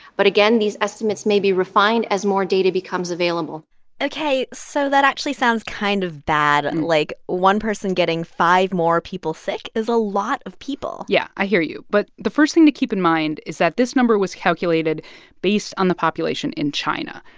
but again, these estimates may be refined as more data becomes available ok. so that actually sounds kind of bad. and like, one person getting five more people sick is a lot of people yeah, i hear you. but the first thing to keep in mind is that this number was calculated based on the population in china,